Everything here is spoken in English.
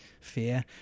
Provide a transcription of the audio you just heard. fear